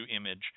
image